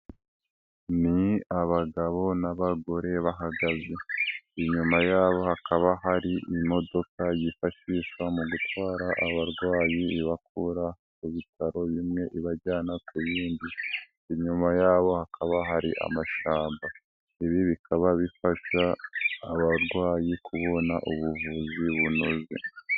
Ni abagabo n'abagore bahagaze, inyuma yabo hakaba hari imodoka yifashishwa mu gutwara abarwayi ibakura ku bitaro bimwe ibajyana ku bindi, inyuma yabo hakaba hari amashyamba, ibi bikaba bifasha abarwayi kubona ubuvuzi bunoze.